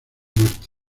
muerte